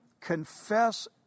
confess